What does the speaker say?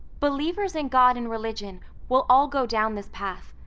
believers in god in religion will all go down this path.